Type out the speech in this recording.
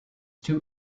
too